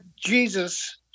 Jesus